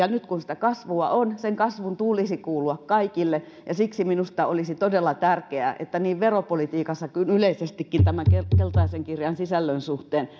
nyt kun sitä kasvua on sen kasvun tulisi kuulua kaikille ja siksi minusta olisi todella tärkeää että niin veropolitiikassa kuin yleisestikin keltaisen kirjan sisällön suhteen